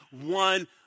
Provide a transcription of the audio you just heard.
one